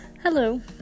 Hello